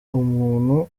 umuntu